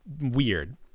weird